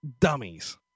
Dummies